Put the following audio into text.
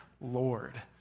Lord